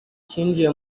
cyinjiye